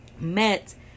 met